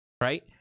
Right